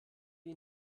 wie